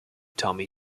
tommy